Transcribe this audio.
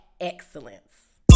excellence